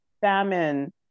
famine